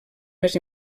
més